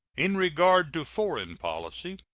in regard to foreign policy,